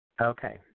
Okay